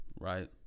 right